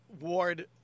Ward